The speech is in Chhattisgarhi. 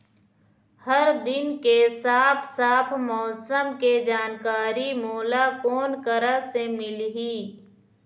हर दिन के साफ साफ मौसम के जानकारी मोला कोन करा से मिलही?